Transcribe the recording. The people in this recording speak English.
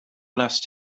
lost